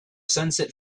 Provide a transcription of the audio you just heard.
sunset